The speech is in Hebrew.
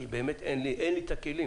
כי באמת אין לי את הכלים